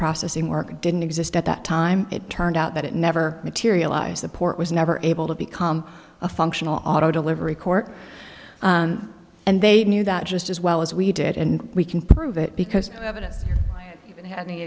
processing work didn't exist at that time it turned out that it never materialized the port was never able to become a functional auto delivery court and they knew that just as well as we did and we can prove it because